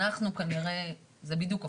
אצלנו כנראה זה בדיוק הפוך.